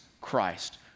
Christ